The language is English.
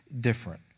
different